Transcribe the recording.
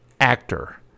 actor